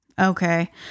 Okay